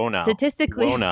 Statistically